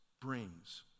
brings